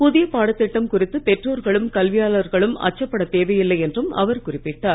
புதிய பாடத்திட்டம் குறித்து பெற்றோர்களும் கல்வியாளர்களும் அச்சப்படத் தேவையில்லை என்றும் அவர் குறிப்பிட்டார்